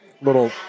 little